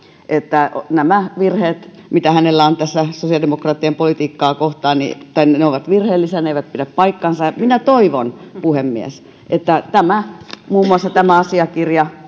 että nämä väitteet mitä hänellä on tässä sosiaalidemokraattien politiikkaa kohtaan ovat virheellisiä ne eivät pidä paikkaansa minä toivon puhemies että muun muassa tämän asiakirjan